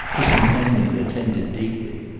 his companion attended deeply.